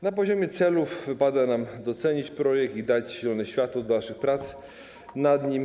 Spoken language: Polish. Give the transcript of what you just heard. Na poziomie celów wypada nam docenić projekt i dać zielone światło dla dalszych prac nad nim.